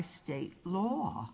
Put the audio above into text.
state law